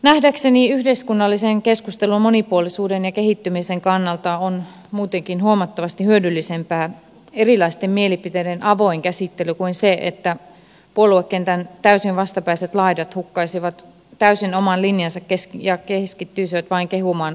nähdäkseni yhteiskunnallisen keskustelun monipuolisuuden ja kehittymisen kannalta on muutenkin huomattavasti hyödyllisempää erilaisten mielipiteiden avoin käsittely kuin se että puoluekentän täysin vastapäiset laidat hukkaisivat täysin oman linjansa ja keskittyisivät vain kehumaan aikaansaannoksiaan